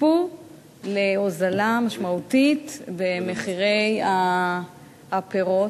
תצפו להוזלה משמעותית במחירי הפירות,